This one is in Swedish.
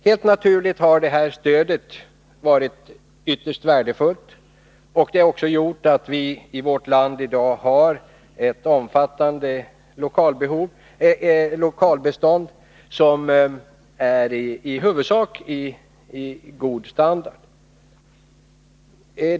Helt naturligt har det här stödet varit ytterst värdefullt, och det har också gjort att vi i vårt land i dag har ett omfattande lokalbestånd som i huvudsak är av god standard.